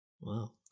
wow